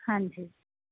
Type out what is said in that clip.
ਹਾਂਜੀ